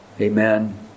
amen